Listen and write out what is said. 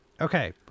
Okay